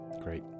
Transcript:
Great